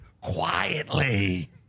quietly